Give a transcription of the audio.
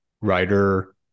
writer